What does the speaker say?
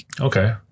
Okay